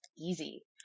easy